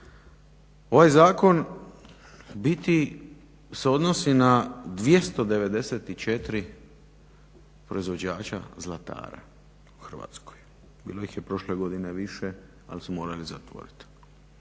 Ovaj zakon u biti se odnosi na 294 proizvođača zlatara u Hrvatskoj, bilo ih je prošle godine više, ali su morali zatvoriti.